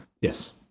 Yes